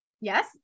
Yes